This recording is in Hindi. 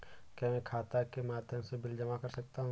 क्या मैं खाता के माध्यम से बिल जमा कर सकता हूँ?